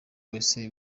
wese